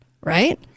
Right